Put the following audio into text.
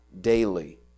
daily